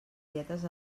dietes